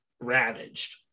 ravaged